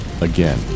again